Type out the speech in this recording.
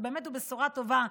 ובאמת הוא בשורה טובה,